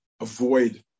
avoid